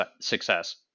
success